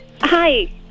Hi